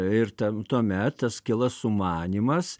ir tam tuomet tas kyla sumanymas